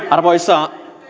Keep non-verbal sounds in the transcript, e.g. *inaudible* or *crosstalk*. *unintelligible* arvoisa